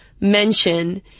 mention